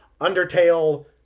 undertale